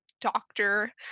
doctor